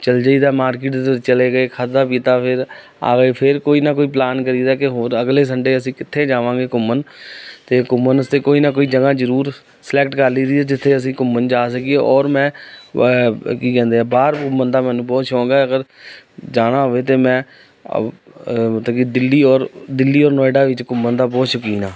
ਚਲ ਜਾਈ ਦਾ ਮਾਰਕੀਟ ਚਲੇ ਗਏ ਖਾਧਾ ਪੀਤਾ ਫਿਰ ਆ ਗਏ ਫਿਰ ਕੋਈ ਨਾ ਕੋਈ ਪਲਾਨ ਕਰੀਦਾ ਕਿ ਹੋਰ ਅਗਲੇ ਸੰਡੇ ਅਸੀਂ ਕਿੱਥੇ ਜਾਵਾਂਗੇ ਘੁੰਮਣ ਅਤੇ ਘੁੰਮਣ ਵਾਸਤੇ ਕੋਈ ਨਾ ਕੋਈ ਜਗ੍ਹਾ ਜ਼ਰੂਰ ਸਿਲੈਕਟ ਕਰ ਲਈ ਦੀ ਹੈ ਜਿੱਥੇ ਅਸੀਂ ਘੁੰਮਣ ਜਾ ਸਕੀਏ ਔਰ ਮੈਂ ਕੀ ਕਹਿੰਦੇ ਆ ਬਾਹਰ ਘੁੰਮਣ ਦਾ ਮੈਨੂੰ ਬਹੁਤ ਸ਼ੌਂਕ ਹੈ ਅਗਰ ਜਾਣਾ ਹੋਵੇ ਤਾਂ ਮੈਂ ਮਤਲਬ ਕਿ ਦਿੱਲੀ ਔਰ ਦਿੱਲੀ ਔਰ ਨੋਇਡਾ ਵਿੱਚ ਘੁੰਮਣ ਦਾ ਬਹੁਤ ਸ਼ੌਕੀਨ ਹਾਂ